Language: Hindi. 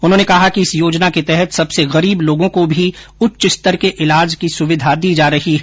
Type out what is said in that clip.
उन्होंने कहा कि इस योजना के तहत सबसे गरीब लोगों को भी उच्च स्तर के इलाज की सुविधा दी जा रही है